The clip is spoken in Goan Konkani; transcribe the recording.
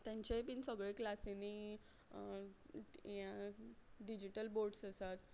तांच्याय बीन सगळे क्लासींनी हें डिजिटल बोर्ड्स आसात